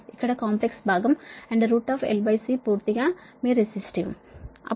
ఇక్కడ కాంప్లెక్స్ భాగం LC పూర్తిగా మీ రెసిస్టివ్